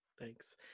Thanks